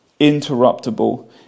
Interruptible